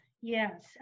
yes